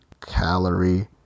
calorie